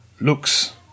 looks